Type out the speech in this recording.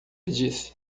disse